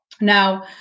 Now